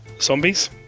zombies